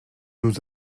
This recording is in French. nous